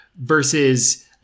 versus